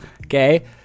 okay